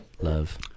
Love